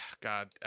god